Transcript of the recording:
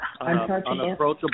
unapproachable